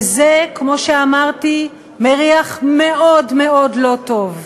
וזה, כמו שאמרתי, מריח מאוד מאוד לא טוב.